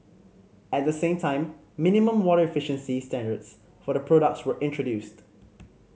at the same time minimum water efficiency standards for the products were introduced